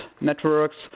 networks